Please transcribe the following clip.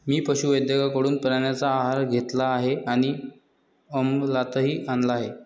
मी पशुवैद्यकाकडून प्राण्यांचा आहार घेतला आहे आणि अमलातही आणला आहे